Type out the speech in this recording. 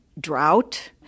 drought